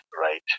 right